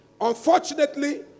Unfortunately